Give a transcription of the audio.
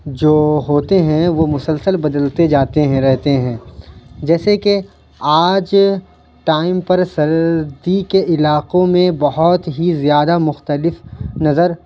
جو ہوتے ہیں وہ مسلسل بدلتے جاتے ہیں رہتے ہیں جیسے کہ آج ٹائم پر سردی کے علاقوں میں بہت ہی زیادہ مختلف نظر